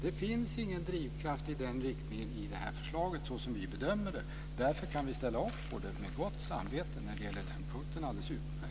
Det finns ingen drivkraft i den riktningen i det här förslaget som vi bedömer det. Därför kan vi ställa upp på det med gott samvete. På den punkten går det alldeles utmärkt.